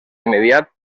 immediat